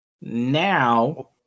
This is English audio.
now